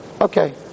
Okay